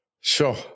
Sure